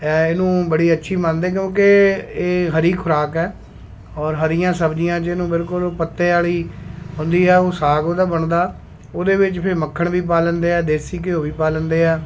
ਇਹ ਇਹਨੂੰ ਬੜੀ ਅੱਛੀ ਮੰਨਦੇ ਕਿਉਂਕਿ ਇਹ ਹਰੀ ਖੁਰਾਕ ਹੈ ਔਰ ਹਰੀਆਂ ਸਬਜ਼ੀਆਂ ਜਿਹਨੂੰ ਬਿਲਕੁਲ ਪੱਤੇ ਵਾਲ਼ੀ ਹੁੰਦੀ ਹੈ ਉਹ ਸਾਗ ਉਹਦਾ ਬਣਦਾ ਉਹਦੇ ਵਿੱਚ ਫਿਰ ਮੱਖਣ ਵੀ ਪਾ ਲੈਂਦੇ ਆ ਦੇਸੀ ਘਿਓ ਵੀ ਪਾ ਲੈਂਦੇ ਆ